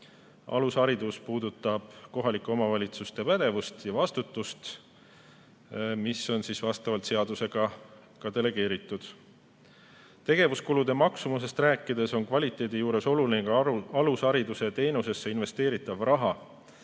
alusharidus puudutab kohalike omavalitsuste pädevust ja vastutust, mis on vastavalt seadusele ka delegeeritud. Tegevuskulude maksumusest rääkides on kvaliteedi juures oluline alushariduse teenusesse investeeritav raha.